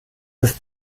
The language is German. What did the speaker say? ist